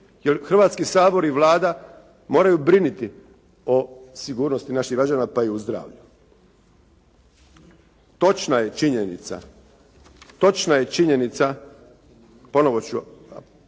Hrvatski sabor i Vlada moraju brinuti o sigurnosti naših građana, pa i o zdravlju. Točna je činjenica, ponovo ću citirati